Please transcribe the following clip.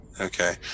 okay